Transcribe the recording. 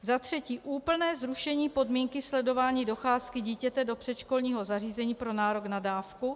Za třetí úplné zrušení podmínky sledování docházky dítěte do předškolního zařízení pro nárok na dávku.